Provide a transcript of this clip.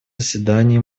заседании